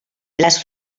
las